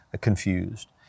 confused